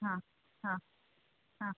ಹಾಂ ಹಾಂ ಹಾಂ